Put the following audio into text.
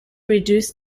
reduce